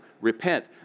Repent